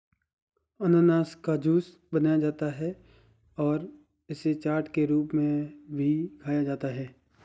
अनन्नास का जूस बनाया जाता है और इसे चाट के रूप में भी खाया जाता है